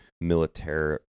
military